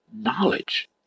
knowledge